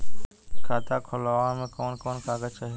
खाता खोलवावे में कवन कवन कागज चाही?